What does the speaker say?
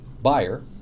buyer